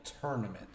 tournament